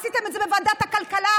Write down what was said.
עשיתם את זה בוועדת הכלכלה,